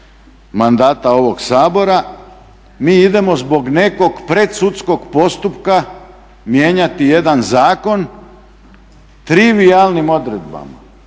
mandata ovog Sabora, mi idemo zbog nekog predsudskog postupka mijenjati jedan zakon trivijalnim odredbama.